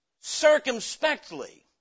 circumspectly